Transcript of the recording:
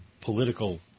political